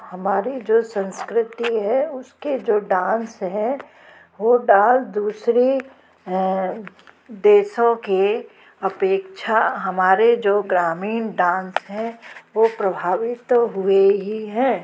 हमारी जो संस्कृति है उसके जो डांस हैं वो डांस दूसरे देशों के अपेक्षा हमारे जो ग्रामीन डांस हैं वो प्रभावित हुए ही हैं